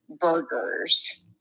burgers